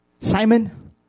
Simon